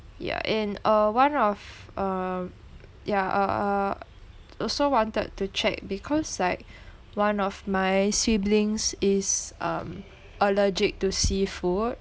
ya and uh one of uh yeah uh uh also wanted to check because like one of my siblings is um allergic to seafood